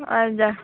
हजुर